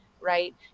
right